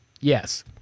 Yes